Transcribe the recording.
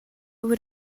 would